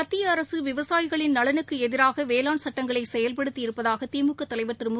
மத்திய அரசு விவசாயிகளின் நலனுக்கு எதிராக வேளாண் சுட்டங்களை செயல்படுத்தி இருப்பதாக திமுக தலைவர் திரு மு